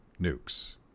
nukes